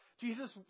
Jesus